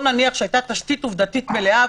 נאמר שהיתה תשתית עובדתית מלאה,